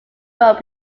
road